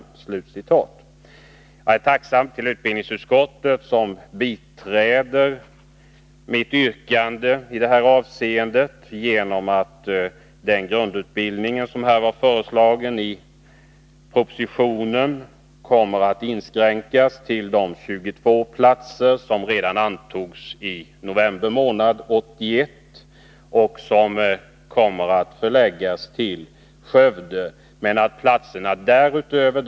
Jag är tacksam mot utbildningsutskottet som biträder mitt yrkande i detta avseende genom att föreslå att den grundutbildning som är föreslagen i propositionen skall inskränkas till de 22 platser i Skövde till vilka antagning redan har skett i november 1981.